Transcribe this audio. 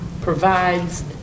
provides